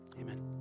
Amen